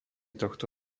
tohto